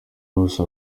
hose